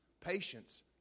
patience